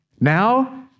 Now